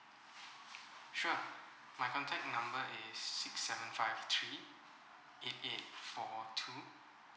sure my contact number is six seven five three eight eight four two